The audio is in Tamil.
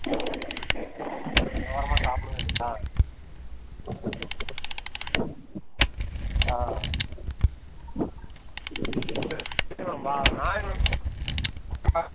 ஓரமாக சாப்பிடுறது தான்